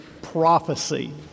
prophecy